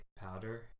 powder